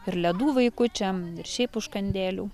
ir ledų vaikučiam ir šiaip užkandėlių